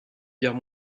guerre